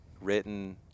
written